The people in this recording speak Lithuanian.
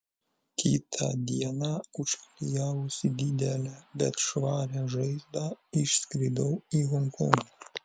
kitą dieną užklijavusi didelę bet švarią žaizdą išskridau į honkongą